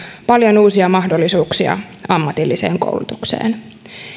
paljon uusia mahdollisuuksia ammatilliseen koulutukseen